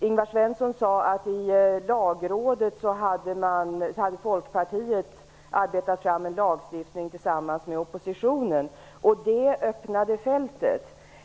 Ingvar Svensson sade att Folkpartiet hade arbetat fram en lagstiftning tillsammans med oppositionen och att det öppnade fältet.